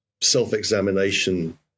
self-examination